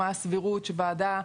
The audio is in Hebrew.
מה הסבירות שהוועדה,